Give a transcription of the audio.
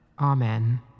Amen